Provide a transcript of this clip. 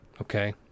okay